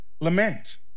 lament